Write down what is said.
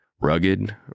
Rugged